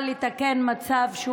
אני עובר לסעיף הבא,